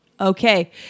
Okay